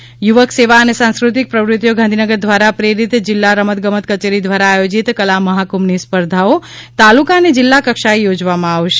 કલા મહાકુંભ યુવક સેવા અને સાંસ્ક્રોતિક પ્રવૃતિઓ ગાંધીનગર દ્વારા પ્રેરિત જીલ્લા રમત ગમત કચેરી દ્વારા આયોજિત કલા મહાકુંભની સ્પિર્ધાઓ તાલુકા અને જિલ્લા કક્ષાએ યોજવામાં આવનાર છે